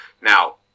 Now